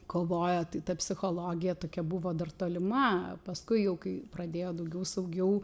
kovojo tai ta psichologija tokia buvo dar tolima paskui jau kai pradėjo daugiau saugiau